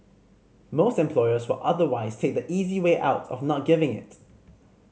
most employers will otherwise take the easy way out of not giving it